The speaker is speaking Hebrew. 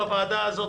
בוועדה הזאת,